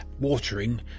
Watering